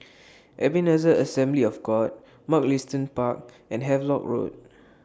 Ebenezer Assembly of God Mugliston Park and Havelock Road